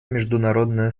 международное